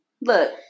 look